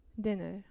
dinner